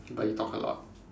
but you talk a lot